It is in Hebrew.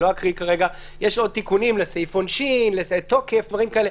יש עוד תיקונים לסעיף העונשין, לתוקף, דברים כאלה.